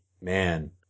man